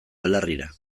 belarrira